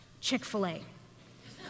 Chick-fil-A